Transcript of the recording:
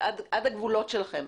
עד הגבולות שלכם.